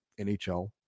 NHL